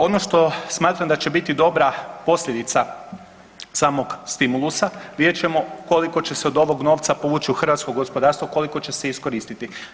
Ono što smatram da će biti dobra posljedica samog stimulusa vidjet ćemo koliko će se od ovog novca povući u hrvatsko gospodarstvo, koliko će se iskoristiti.